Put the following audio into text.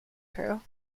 crew